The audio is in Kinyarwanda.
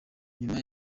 nyuma